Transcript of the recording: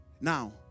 Now